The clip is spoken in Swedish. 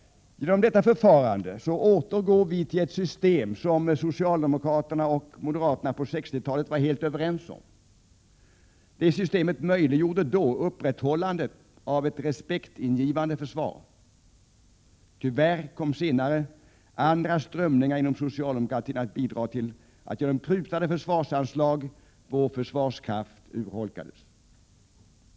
Genom detta förfarande återgår vi till ett system som socialdemokraterna och moderaterna på 1960-talet var helt överens om. Det systemet möjliggjorde då upprätthållande av ett respektingivande försvar. Tyvärr kom senare andra strömningar inom socialdemokratin att bidra till att vår försvarskraft genom prutade försvarsanslag urholkades.